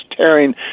tearing